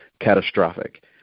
catastrophic